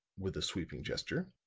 with a sweeping gesture,